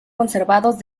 conservados